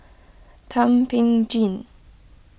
Thum Ping Tjin